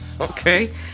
okay